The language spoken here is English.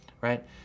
right